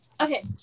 okay